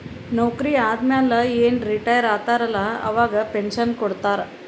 ನೌಕರಿ ಆದಮ್ಯಾಲ ಏನ್ ರಿಟೈರ್ ಆತಾರ ಅಲ್ಲಾ ಅವಾಗ ಪೆನ್ಷನ್ ಕೊಡ್ತಾರ್